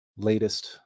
latest